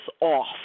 off